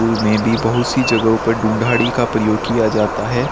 पुर में भी बहुत सी जगहों पर ढूंढाड़ी का प्रयोग किया जाता है